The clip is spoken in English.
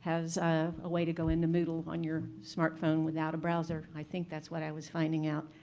has a way to go into moodle on your smart phone without a browser. i think that's what i was finding out.